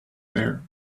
there